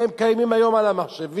הרי הן קיימות היום על המחשבים.